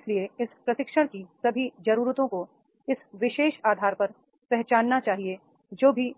इसलिए इस प्रशिक्षण की सभी जरूरतों को इस विशेष आधार पर पहचानना चाहिए जो भी